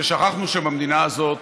ששכחנו שבמדינה הזאת